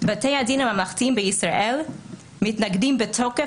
בתי הדין הממלכתיים בישראל מתנגדים בתוקף